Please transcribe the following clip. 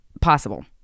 possible